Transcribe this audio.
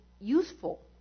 useful